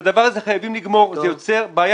את הדבר הזה חייבים לגמור כי זה יוצר בעיה